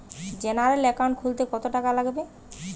General account খুলতে কত টাকা লাগবে?